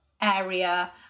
area